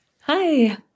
Hi